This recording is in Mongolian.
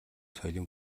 соёлын